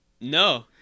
No